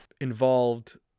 involved